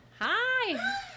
Hi